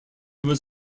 was